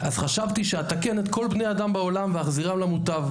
אז חשבתי שאתקן את כל בני האדם בעולם ואחזירם למוטב,